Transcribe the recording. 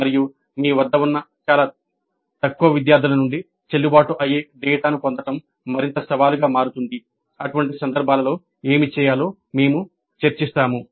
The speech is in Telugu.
మరియు మీ వద్ద ఉన్న చాలా తక్కువ విద్యార్థుల నుండి చెల్లుబాటు అయ్యే డేటాను పొందడం మరింత సవాలుగా మారుతుంది అటువంటి సందర్భాలలో ఏమి చేయాలో మేము చర్చిస్తాము